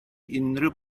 unrhyw